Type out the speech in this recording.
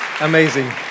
Amazing